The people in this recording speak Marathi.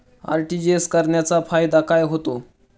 आर.टी.जी.एस करण्याचा फायदा काय होतो?